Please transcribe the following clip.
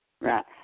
Right